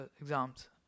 exams